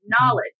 knowledge